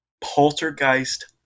Poltergeist